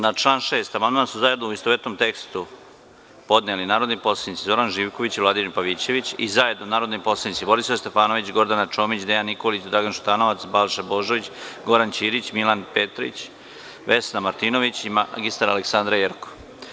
Na član 6. amandman su zajedno u istovetnom tekstu podneli narodni poslanici Zoran Živković i Vladimir Pavićević i zajedno narodni poslanici Borislav Stefanović, Gordana Čomić, Dejan Nikolić, Dragan Šutanovac, Balša Božović, Goran Ćirić, Milan Petrić, Vesna Martinović i magistar Aleksandra Jerkov.